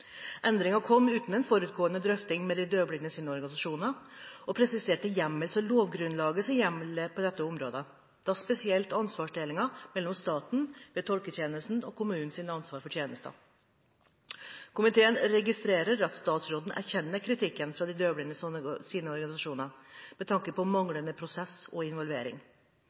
Endringen kom uten en forutgående drøfting med de døvblindes organisasjoner og presiserte hjemmels- og lovgrunnlaget som gjelder på dette området, da spesielt ansvarsdelingen mellom staten ved tolketjenesten og kommunens ansvar for tjenester. Komiteen registrerer at statsråden erkjenner kritikken fra de døvblindes organisasjoner med tanke på manglende prosess og involvering.